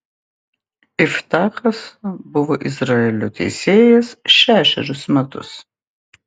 iftachas buvo izraelio teisėjas šešerius metus